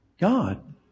God